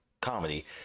comedy